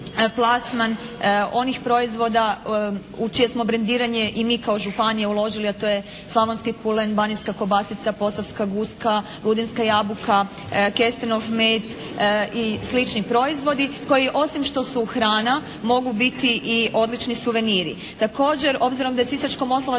plasman onih proizvoda u čije smo brendiranje i mi kao županija uložili a to je slavonski kulen, banijska kobasica, posavska guska, … /Govornica se ne razumije./ … jabuka, kestenov med i slični proizvodi koji osim što su hrana mogu biti i odlični suveniri. Također obzirom da je Sisačko-Moslavačka